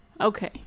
Okay